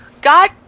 God